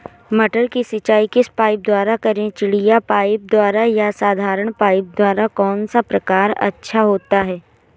मटर की सिंचाई किस पाइप द्वारा करें चिड़िया पाइप द्वारा या साधारण पाइप द्वारा कौन सा प्रकार अच्छा होता है?